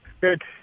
Good